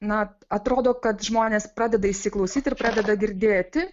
na atrodo kad žmonės pradeda įsiklausyti ir pradeda girdėti